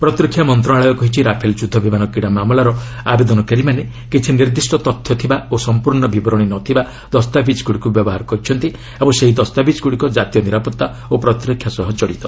ପ୍ରତିରକ୍ଷା ମନ୍ତ୍ରଣାଳୟ କହିଛି ରାଫେଲ୍ ଯୁଦ୍ଧ ବିମାନ କିଣା ମାମଲାର ଆବେଦନକାରୀମାନେ କିଛି ନିର୍ଦ୍ଦିଷ୍ଟ ତଥ୍ୟ ଥିବା ଓ ସମ୍ପର୍ଣ୍ଣ ବିବରଣୀ ନ ଥିବା ଦସ୍ତାବିଜ୍ଗୁଡ଼ିକ ବ୍ୟବହାର କରିଛନ୍ତି ଓ ସେହି ଦସ୍ତାବିଜ୍ଗୁଡ଼ିକ ଜାତୀୟ ନିରାପତ୍ତା ଓ ପ୍ରତିରକ୍ଷା ସହ ଜଡ଼ିତ